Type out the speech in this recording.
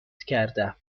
کردم